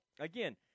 again